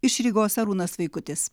iš rygos arūnas vaikutis